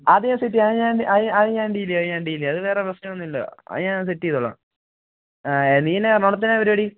അത് ഞാൻ സെറ്റ് ചെയ്യാം അത് ഞാൻ അത് ഞാൻ ഡീല് ചെയ്യാം അത് ഞാൻ ഡീല് ചെയ്യാം വേറെ പ്രശ്നം ഒന്നും ഇല്ല അത് ഞാൻ സെറ്റ് ചെയ്തോളാം നീ എന്നാ എറണാകുളത്ത് എന്നാ പരിപാടി